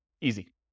Easy